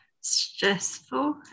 stressful